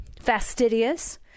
fastidious